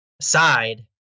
side